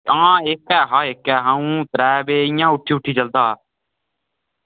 हां इक ऐ हा इक ऐ हून त्रै पे इ'यां उट्ठी उट्ठी चलदा हा